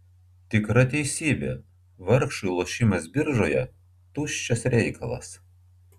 tikra teisybė vargšui lošimas biržoje tuščias reikalas